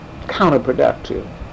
counterproductive